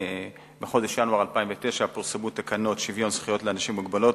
בחודש ינואר 2009 פורסמו תקנות שוויון זכויות לאנשים עם מוגבלות